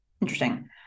Interesting